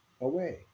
away